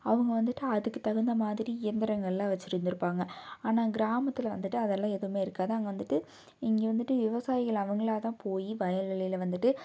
அவங்க வந்துட்டு அதுக்கு தகுந்த மாதிரி எந்திரங்களெலாம் வச்சுருந்துருப்பாங்க ஆனால் கிராமத்தில் வந்துட்டு அதெலாம் எதுவுமே இருக்காது அங்கே வந்துட்டு இங்கே வந்துட்டு விவசாயிகள் அவங்களாதான் போய் வயல்வெளியில் வந்துட்டு